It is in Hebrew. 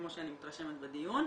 כמו שאני מתרשמת בדיון.